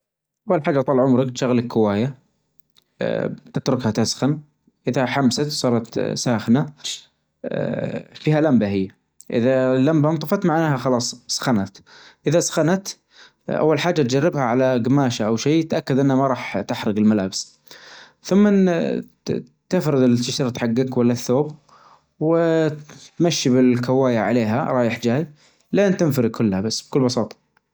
أول حاجة طال عمرك تشغل الكواية، أ بتتركها تسخن، إذا حمست صارت ساخنة، أ فيها لمبة هي إذا اللمبة انطفت معناها خلاص سخنت، اذا سخنت أول حاچة تجربها على جماش أو شي تأكد أنها ما راح تحجق الملابس، ثمن أن ت-تفرد التيشيرت حجك ولا الثوب وتمشي بالكواية عليها رايح چاي لأن تنفرد كلها بس بكل بساطة.